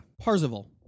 Parzival